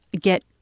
get